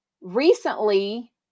recently